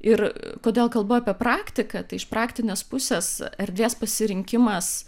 ir kodėl kalbu apie praktiką tai iš praktinės pusės erdvės pasirinkimas